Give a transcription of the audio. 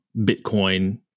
Bitcoin